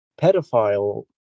pedophile